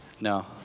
No